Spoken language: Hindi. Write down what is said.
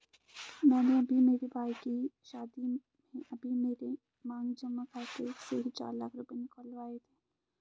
मैंने अभी मेरे भाई के शादी में अभी मेरे मांग जमा खाते से ही चार लाख रुपए निकलवाए थे